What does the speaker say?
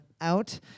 out